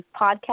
podcast